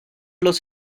los